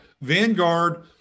Vanguard